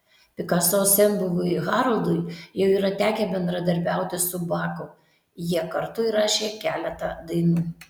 pikaso senbuviui haroldui jau yra tekę bendradarbiauti su baku jie kartu įrašė keletą dainų